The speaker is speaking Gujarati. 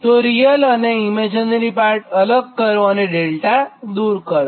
તો રીયલ અને ઇમેજીનરી પાર્ટ અલગ કરો અને ડેલ્ટા દૂર કરો